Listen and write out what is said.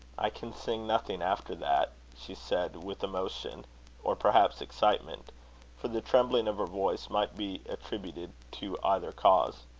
i can sing nothing after that, she said with emotion, or perhaps excitement for the trembling of her voice might be attributed to either cause.